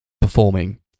performing